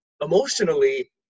emotionally